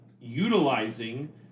utilizing